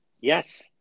Yes